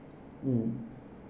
mm